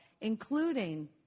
including